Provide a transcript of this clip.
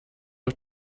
auf